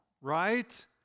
right